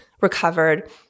recovered